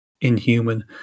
inhuman